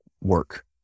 work